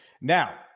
Now